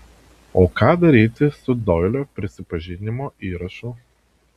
o ką daryti su doilio prisipažinimo įrašu